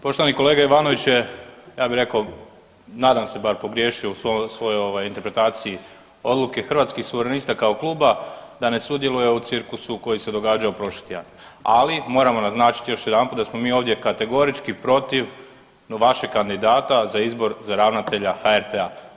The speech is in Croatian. Poštovani kolega Ivanović je, ja bih rekao, nadam se bar pogriješio u svojoj interpretaciji odluke hrvatskih Suverenista kao Kluba da ne sudjeluje u cirkusu koji se događao prošli tjedan, ali moramo naznačiti još jedanput da smo mi ovjde kategorički protiv vašeg kandidata za izbor za ravnatelja HRT-a.